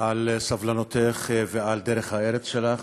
על סבלנותך ועל דרך הארץ שלך.